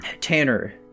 Tanner